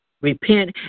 Repent